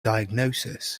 diagnosis